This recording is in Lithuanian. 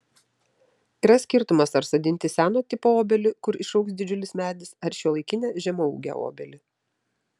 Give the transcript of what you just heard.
yra skirtumas ar sodinti seno tipo obelį kur išaugs didžiulis medis ar šiuolaikinę žemaūgę obelį